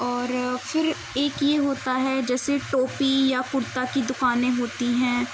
اور پھر ایک یہ ہوتا ہے جیسے ٹوپی یا کرتا کی دکانیں ہوتی ہیں